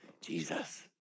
Jesus